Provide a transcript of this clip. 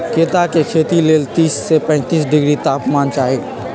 कैता के खेती लेल तीस से पैतिस डिग्री तापमान चाहि